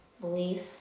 Belief